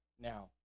now